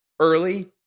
early